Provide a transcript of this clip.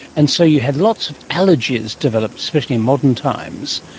and so you had lots of allergies develop, especially in modern times,